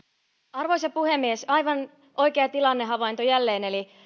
arvoisa puhemies aivan oikea tilannehavainto jälleen eli